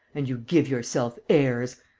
and you give yourself airs!